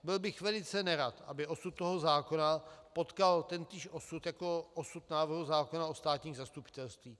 Byl bych velice nerad, aby osud toho zákona potkal tentýž osud jako osud návrhu zákona o státních zastupitelstvích.